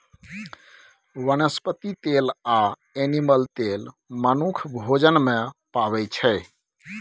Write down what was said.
बनस्पति तेल आ एनिमल तेल मनुख भोजन मे पाबै छै